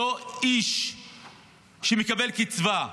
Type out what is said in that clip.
אותו איש שמקבל קצבה.